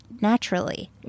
naturally